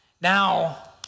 Now